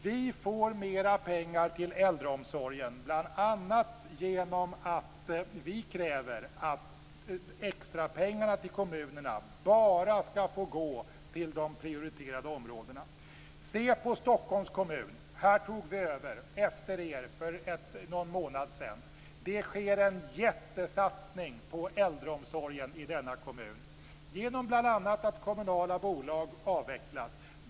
Vi får mera pengar till äldreomsorgen bl.a. genom att vi kräver att extrapengarna till kommunerna bara skall få gå till de prioriterade områdena. Se på Stockholms kommun! Här tog vi över efter er för någon månad sedan. Det sker en jättesatsning på äldreomsorgen i denna kommun, genom bl.a. att kommunala bolag avvecklas.